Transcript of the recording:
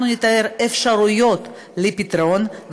נתאר אפשרויות לפתרון,